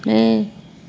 play